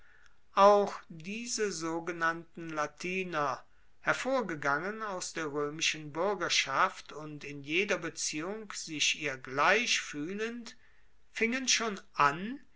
auch diese sogenannten latiner hervorgegangen aus der roemischen buergerschaft und in jeder beziehung sich ihr gleich fuehlend fingen schon an